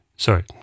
Sorry